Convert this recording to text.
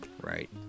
Right